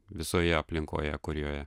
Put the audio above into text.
visoje aplinkoje kurioje